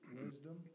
wisdom